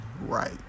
right